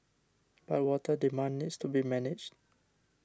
but water demand needs to be managed